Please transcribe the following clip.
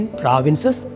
provinces